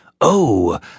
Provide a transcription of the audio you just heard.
Oh